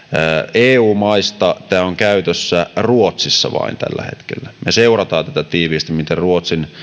eu maista tämä on käytössä vain ruotsissa tällä hetkellä ja me seuraamme tiiviisti miten ruotsin